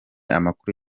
amakuru